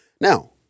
Now